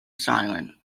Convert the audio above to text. silent